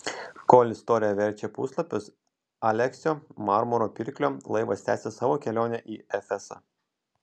kol istorija verčia puslapius aleksio marmuro pirklio laivas tęsia savo kelionę į efesą